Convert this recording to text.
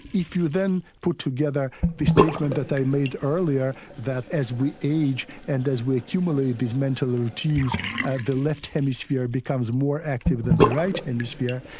if you then put together the statement that i made earlier that as we age and as we accumulate these mental routines ah the left hemisphere becomes more active than the right hemisphere,